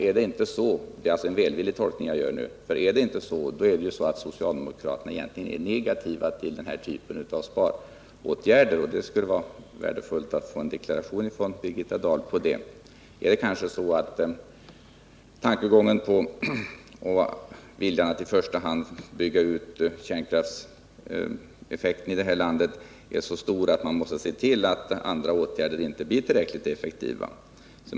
Är det inte så — och nu gör jag en välvillig tolkning — då är socialdemokraterna negativa till denna typ av sparåtgärder. Det vore värdefullt att få en deklaration från Birgitta Dahl om det. Är det inte så att socialdemokraternas vilja att i första hand bygga ut kärnkraften i detta land är så stor att man måste se till att andra åtgärder inte blir tillräckligt effektiva?